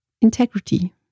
integrity